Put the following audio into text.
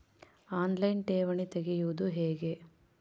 On line ಠೇವಣಿ ತೆರೆಯುವುದು ಹೇಗೆ?